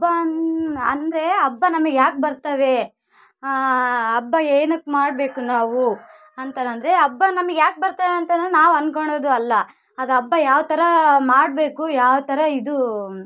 ಹಬ್ಬ ಅನ್ನು ಅಂದರೆ ಹಬ್ಬ ನಮಗೆ ಯಾಕೆ ಬರ್ತವೆ ಹಬ್ಬ ಏನಕ್ಕೆ ಮಾಡಬೇಕು ನಾವು ಅಂತಾನಂದರೆ ಹಬ್ಬ ನಮಗೆ ಯಾಕೆ ಬರ್ತವೆ ಅಂತನಂದು ನಾವು ಅನ್ಕೋಳುದು ಅಲ್ಲ ಅದು ಹಬ್ಬ ಯಾವ ಥರ ಮಾಡಬೇಕು ಯಾವ ಥರ ಇದು